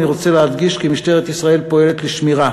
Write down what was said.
אני רוצה להדגיש כי משטרת ישראל פועלת לשמירה